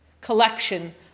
collection